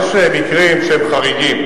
הלוואי שבעקבותיו יהיו יותר סטודנטים שילמדו כאן,